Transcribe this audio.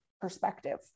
perspective